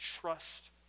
trust